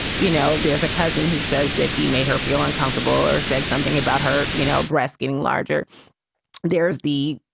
you know, there's a cousin who says that he made her feel uncomfortable or said something about her, you know, breasts getting larger there's the